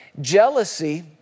Jealousy